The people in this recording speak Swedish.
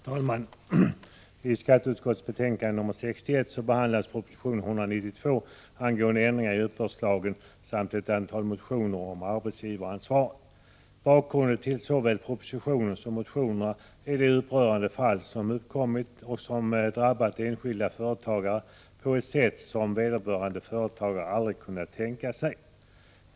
Herr talman! I skatteutskottets betänkande 61 behandlas proposition 1984/85:192 angående ändringar i uppbördslagen samt ett antal motioner om arbetsgivaransvar. Bakgrunden till såväl propositionen som motionerna är de upprörande fall som uppkommit och som drabbat enskilda företagare på ett sätt som vederbörande aldrig kunnat tänka sig.